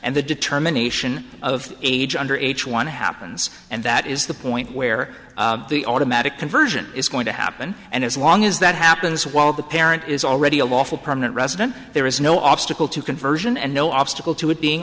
and the determination of age under age one happens and that is the point where the automatic conversion is going to happen and as long as that happens while the parent is already a lawful permanent resident there is no obstacle to conversion and no obstacle to it being